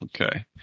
okay